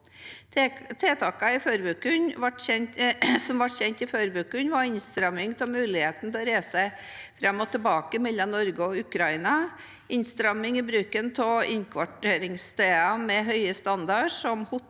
Tiltakene som ble kjent i forrige uke, var innstramming av muligheten til å reise fram og tilbake mellom Norge og Ukraina, innstramming av bruken av innkvarteringssteder med høy standard, som f.eks.